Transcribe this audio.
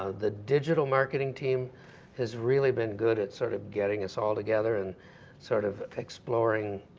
ah the digital marketing team has really been good at sort of getting us all together and sort of exploring.